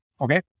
Okay